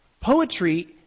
Poetry